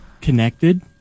connected